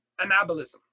anabolism